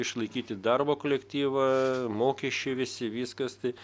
išlaikyti darbo kolektyvą mokesčiai visi viskas tai